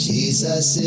Jesus